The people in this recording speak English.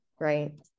right